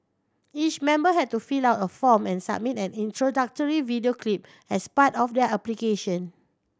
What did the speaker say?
each member had to fill out a form and submit an introductory video clip as part of their application